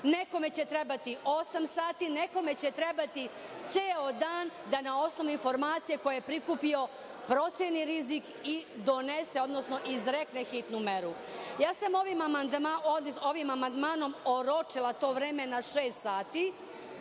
nekome će trebati osam sati, nekome će trebati ceo dan da na osnovu informacija koje je prikupio proceni rizik i donese, odnosno izrekne hitnu meru. Ja sam ovim amandmanom oročila to vreme na šest sati.